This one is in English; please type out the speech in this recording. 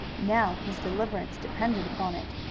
now his deliverance depended upon it.